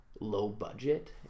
low-budget